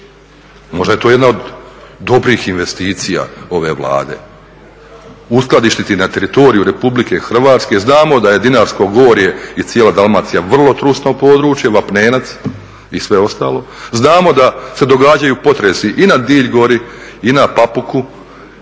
Možda je to jedna od dobrih investicija ove Vlade uskladištiti na teritoriju Republike Hrvatske. Znamo da je Dinarsko gorje i cijela Dalmacija vrlo trusno područje, vapnenac i sve ostalo, znamo da se događaju potresi i na Dilj gori i na Papuku